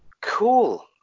Cool